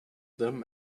them